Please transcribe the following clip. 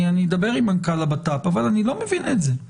אני אדבר עם מנכ"ל הבט"פ, אבל אני לא מבין את זה.